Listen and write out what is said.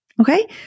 okay